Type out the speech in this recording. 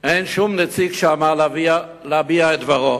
אין שום נציג שם להביע את דברו.